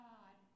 God